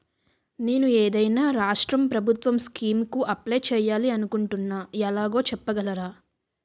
నేను ఏదైనా రాష్ట్రం ప్రభుత్వం స్కీం కు అప్లై చేయాలి అనుకుంటున్నా ఎలాగో చెప్పగలరా?